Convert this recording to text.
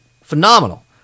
phenomenal